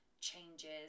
changes